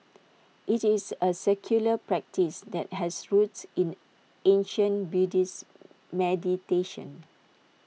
IT is A secular practice that has roots in ancient Buddhist meditation